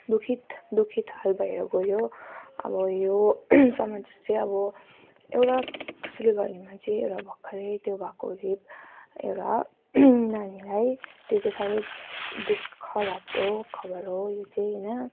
दुःखित दुःखित हाल भएर गयो अब यो समाचार चाहिँ अब एउटा कसैले गर्ने मान्छे एउटा भर्खरै त्यो भएकोले एउटा नानीलाई त्यो चाहिँ साह्रो दुःख लाग्दो खबर हो यो चाहिँ होइन